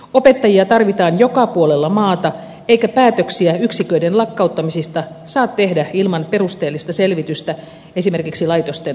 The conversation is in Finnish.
opettajia tarvitaan joka puolella maata eikä päätöksiä yksiköiden lakkauttamisista saa tehdä ilman perusteellista selvitystä esimerkiksi laitosten tehokkuudesta